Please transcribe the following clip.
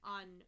on